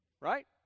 right